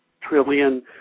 trillion